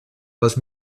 les